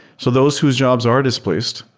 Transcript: so those whose jobs are displaced,